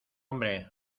hombre